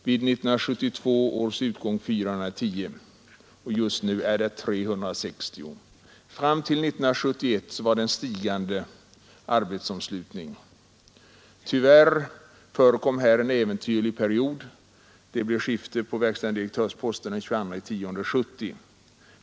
Vid 1972 års utgång var antalet 410, och just nu är det 360. Fram till 1971 uppvisades en stigande arbetsomslutning. Tyvärr förekom vid KVAB en äventyrlig period, som medförde skifte på verkställande direktörsposten den 22 oktober 1970.